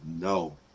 No